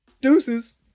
Deuces